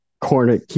corner